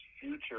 Future